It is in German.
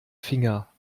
finger